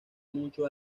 mucho